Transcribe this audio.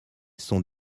sont